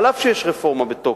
אף שיש רפורמה בתוקף,